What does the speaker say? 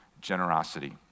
generosity